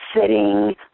sitting